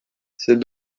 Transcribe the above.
c’est